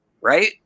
right